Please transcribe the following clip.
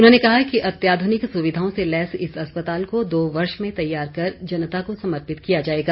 उन्होंने कहा कि अत्याधुनिक सुविधाओं से लैस इस अस्पताल को दो वर्ष में तैयार कर जनता को समर्पित किया जाएगा